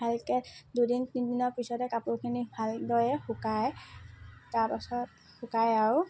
ভালকে দুদিন তিনিদিনৰ পিছতে কাপোৰখিনি ভালদৰে শুকায় তাৰপাছত শুকায় আৰু